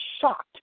shocked